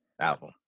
album